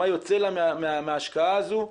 מה יוצא לה מההשקעה הזו,